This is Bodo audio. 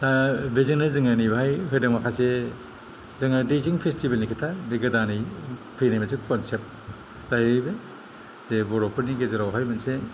दा बेजोंनो जों नैबेहाय होनो माखासे जोंहा दैजिं फेस्टिभेलनि खोथा बे गोदानै फैनाय मोनसे कन्सेप्त जाहैबाय जे बर'फोरनि गेजेरावहाय मोनसे